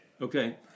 okay